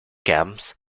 camps